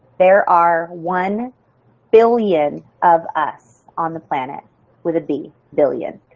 there are one billion of us on the planet with a b billion.